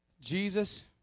Jesus